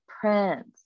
prince